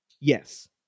Yes